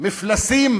מפלסים